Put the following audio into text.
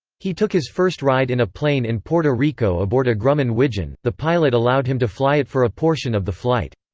he took his first ride in a plane in puerto rico aboard a grumman widgeon the pilot allowed him to fly it for a portion of the flight.